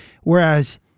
whereas